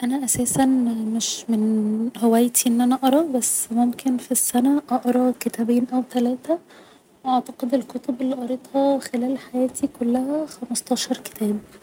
أنا اساساً مش من هوايتي أن أنا أقرا بس ممكن في السنة أقرا كتابين او تلاتة و اعتقد الكتب اللي قريتها خلال حياتي كلها خمستاشر كتاب